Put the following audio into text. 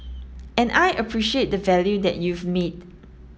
and I appreciate the value that you've made